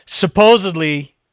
supposedly